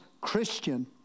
Christian